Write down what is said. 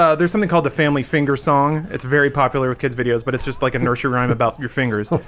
ah there's something called the family finger song it's very popular with kids videos, but it's just like a nursery rhyme about your fingers